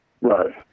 Right